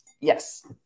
Yes